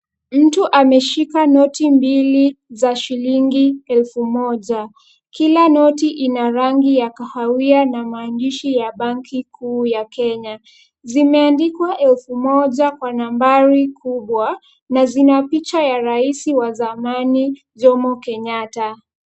Mtu ameshika noti mbili za shilingi elfu moja. Kila noti ina rangi ya kahawia na maandishi ya Banki Kuu ya Kenya. Zimeandikwa elfu moja kwa nambari kubwa na zina picha ya rais wa zamani Jomo Kenyatta.